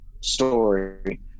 story